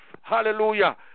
hallelujah